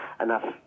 enough